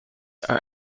are